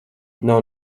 nav